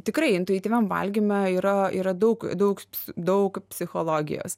tikrai intuityviam valgyme yra yra daug daug daug psichologijos